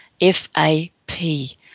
FAP